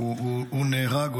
הוא נהרג.